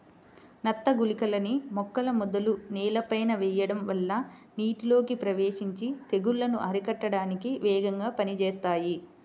నత్త గుళికలని మొక్కల మొదలు నేలపైన వెయ్యడం వల్ల నీటిలోకి ప్రవేశించి తెగుల్లను అరికట్టడానికి వేగంగా పనిజేత్తాయి